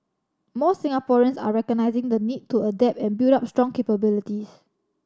more Singaporeans are recognising the need to adapt and build up strong capabilities